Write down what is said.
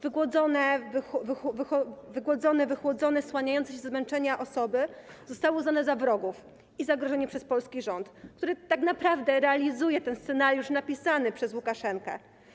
Wygłodzone, wychłodzone, słaniające się ze zmęczenia osoby zostały uznane za wrogów i zagrożenie przez polski rząd, który tak naprawdę realizuje ten scenariusz napisany przez Łukaszenkę.